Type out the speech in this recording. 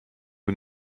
who